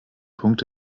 punkt